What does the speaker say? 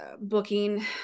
booking